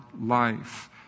life